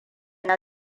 na